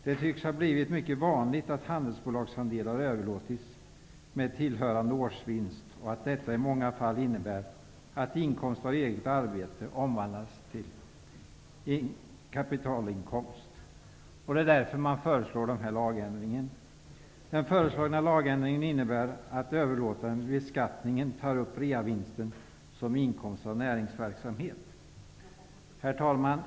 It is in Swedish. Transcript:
Det tycks ha blivit mycket vanligt att handelsbolagsandelar med tillhörande årsvinst har överlåtits och att detta i många fall innebär att inkomst av eget arbete omvandlas till kapitalinkomst. Det är därför som denna lagändring föreslås. Den föreslagna lagändringen innebär att reavinsten vid överlåtandet tas upp till beskattning som inkomst av näringsverksamhet. Herr talman!